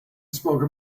spoke